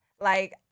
Like-